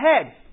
ahead